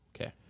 Okay